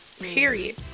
period